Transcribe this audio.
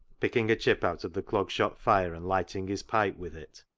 picking a chip out of the clog shop fire and lighting his pipe with it,